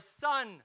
son